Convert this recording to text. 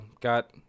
Got